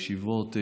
ישיבות,